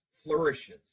flourishes